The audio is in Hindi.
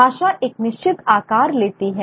भाषा एक निश्चित आकार लेती है